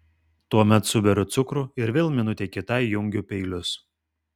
tuomet suberiu cukrų ir vėl minutei kitai jungiu peilius